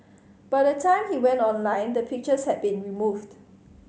by the time he went online the pictures had been removed